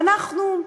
ואנחנו,